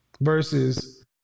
Versus